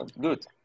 Good